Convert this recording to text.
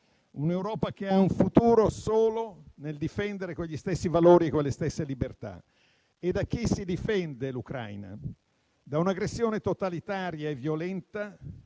un'Europa che ha un futuro solo nel difendere quegli stessi valori e quelle stesse libertà. E da chi si difende l'Ucraina? Da un'aggressione totalitaria e violenta